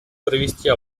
провести